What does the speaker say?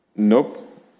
Nope